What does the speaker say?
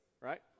right